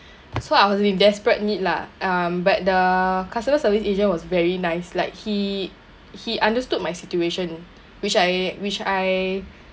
so I was in really desperate need lah um but the customer service agent was very nice like he he understood my situation which I which I